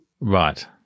Right